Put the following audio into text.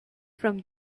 from